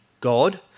God